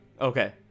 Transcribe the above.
Okay